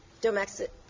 domestic